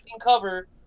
cover